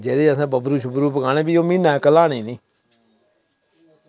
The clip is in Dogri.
जेह्दे असैं बबरू शब्बरू पकाने फ्ही ओह् म्हीना इक लाह्नी निं